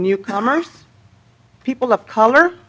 newcomers people of color